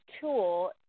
tool